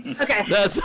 okay